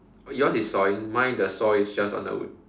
yours is sawing mine the saw is just on the wood